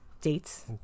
dates